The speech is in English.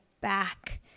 back